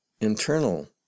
internal